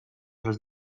los